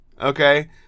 okay